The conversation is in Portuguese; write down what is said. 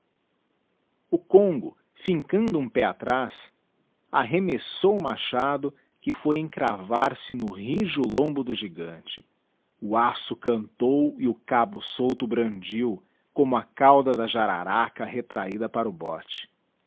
o congo fincando um pé atraz arremessou o machado que foi encravar se no rijo lombo do gigante o aço cantou e o cabo solto brandiu como a cauda da jararaca retrahida para o bote